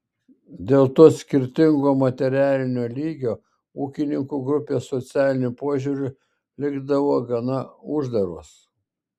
dėl to skirtingo materialinio lygio ūkininkų grupės socialiniu požiūriu likdavo gana uždaros